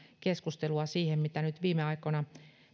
keskustelua siihen mistä nyt viime aikoina